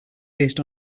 based